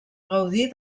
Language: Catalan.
gaudir